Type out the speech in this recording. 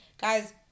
Guys